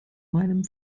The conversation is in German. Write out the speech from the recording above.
meinem